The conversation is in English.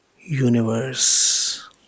universe